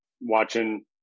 watching